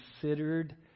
considered